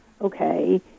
okay